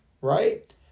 Right